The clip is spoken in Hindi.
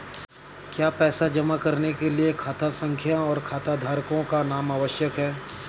क्या पैसा जमा करने के लिए खाता संख्या और खाताधारकों का नाम आवश्यक है?